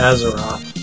Azeroth